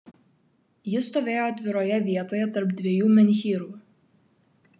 ji stovėjo atviroje vietoje tarp dviejų menhyrų